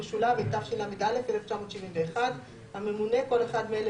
התשל"א 1971‏; "הממונה" כל אחד מאלה,